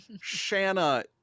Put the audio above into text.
Shanna